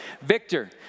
Victor